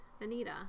Anita